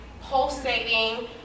pulsating